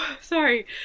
Sorry